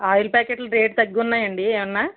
oil ప్యాకెట్లు రేట్లు తగ్గి ఉన్నాయాండీ ఏమైనా